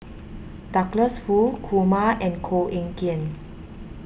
Douglas Foo Kumar and Koh Eng Kian